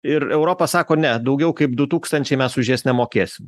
ir europa sako ne daugiau kaip du tūkstančiai mes už jas nemokėsim